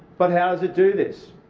but how does it do this?